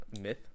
myth